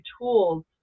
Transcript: tools